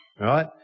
Right